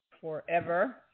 forever